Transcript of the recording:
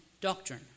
doctrine